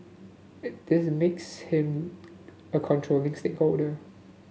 it this makes him a controlling stakeholder